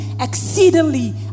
exceedingly